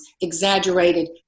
exaggerated